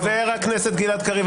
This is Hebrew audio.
חבר הכנסת גלעד קריב,